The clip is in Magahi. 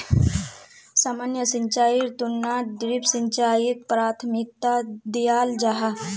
सामान्य सिंचाईर तुलनात ड्रिप सिंचाईक प्राथमिकता दियाल जाहा